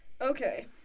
okay